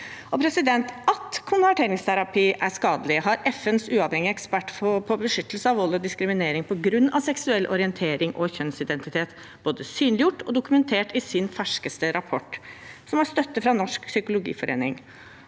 utlandet. At konverteringsterapi er skadelig, har FNs uavhengige ekspert på beskyttelse mot vold og diskriminering på grunn av seksuell orientering og kjønnsidentitet både synliggjort og dokumentert i sin ferskeste rapport, som har støtte fra Norsk Psykologforening.